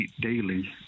daily